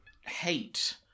hate